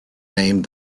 named